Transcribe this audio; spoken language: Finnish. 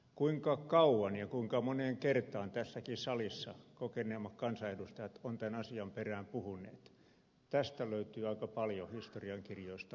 kuinka kauan ja kuinka moneen kertaan tässäkin salissa kokeneemmat kansanedustajat ovat tämän asian perään puhuneet tästä löytyy aika paljon historiankirjoista merkintöjä